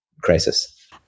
crisis